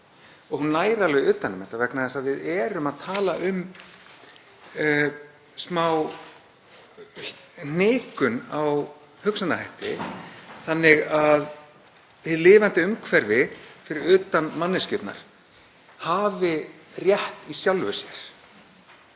og hún nær alveg utan um þetta vegna þess að við erum að tala um smá hnikun á hugsunarhætti þannig að hið lifandi umhverfi, fyrir utan manneskjurnar, hafi rétt í sjálfu sér.